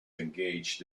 engaged